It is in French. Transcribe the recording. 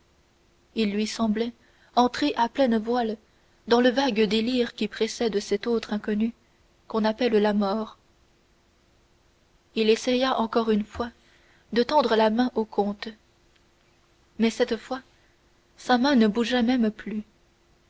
il lui semblait entrer à pleines voiles dans le vague délire qui précède cet autre inconnu qu'on appelle la mort il essaya encore une fois de tendre la main au comte mais cette fois sa main ne bougea même plus